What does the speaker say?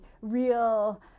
real